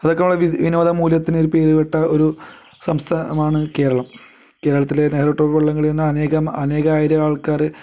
അതൊക്കെ നമ്മുടെ വിനോദ മൂല്യത്തിന് പേരുകേട്ട ഒരു സംസ്ഥാനമാണ് കേരളം കേരളത്തിലെ നെഹ്റു ട്രോഫി വള്ളം കളി തന്നെ അനേകം അനേകായിരം ആൾക്കാർ